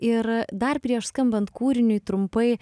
ir dar prieš skambant kūriniui trumpai